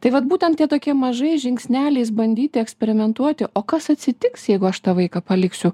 tai vat būtent tie tokie mažais žingsneliais bandyti eksperimentuoti o kas atsitiks jeigu aš tą vaiką paliksiu